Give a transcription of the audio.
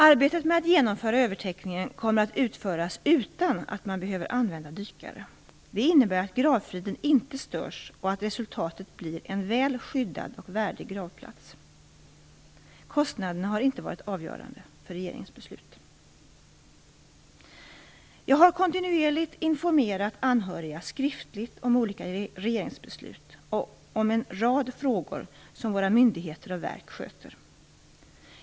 Arbetet med att genomföra övertäckningen kommer att utföras utan att man behöver använda dykare. Det innebär att gravfriden inte störs och att resultatet blir en väl skyddad och värdig gravplats. Kostnaderna har inte varit avgörande för regeringens beslut. Jag har kontinuerligt informerat anhöriga skriftligt om olika regeringsbeslut och om en rad frågor som våra myndigheter och verk sköter.